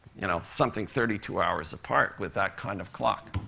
you know, something thirty two hours apart with that kind of clock.